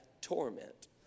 torment